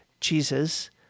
Jesus